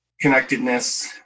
connectedness